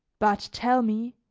but tell me,